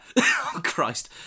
Christ